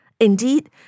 Indeed